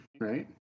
right